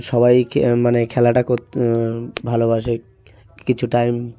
সবাই খে মানে খেলাটা কর ভালোবাসে কিছু টাইম